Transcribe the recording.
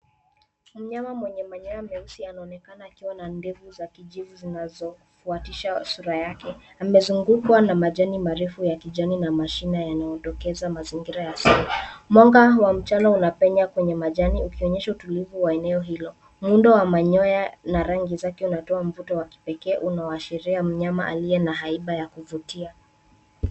Mnyama mwenye manyoya meusi anaonekana akiwa na ndefu za kijivu zinazofuatisha sura yake. Amezugukwa na majani marefu ya kijani na mashina yanayondokeza mazingira asili. Mwanga wa mchana unapenya kwenye majani ukionyesha utulivu wa eneo hilo. Muundo wa manyoya na rangi zake unatoa mvuto wa kipekee unaoashiria mnyama aliye na haiba ya kuvutia.